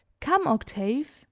come, octave!